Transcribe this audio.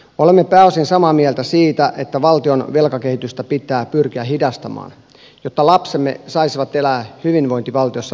olemme pääosin samaa mieltä siitä että valtion velkakehitystä pitää pyrkiä hidastamaan jotta lapsemme saisivat elää hyvinvointivaltiossa meidänkin jälkeemme